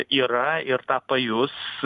yra ir tą pajus